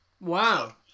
Wow